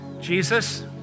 Jesus